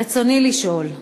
רצוני לשאול: